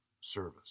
service